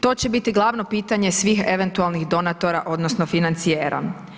To će biti glavno pitanje svih eventualnih donatora odnosno financijera.